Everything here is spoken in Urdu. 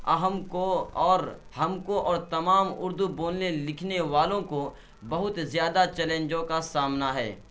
اہم کو اور ہم کو اور تمام اردو بولنے لکھنے والوں کو بہت زیادہ چیلنجوں کا سامنا ہے